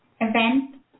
event